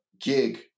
gig